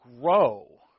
grow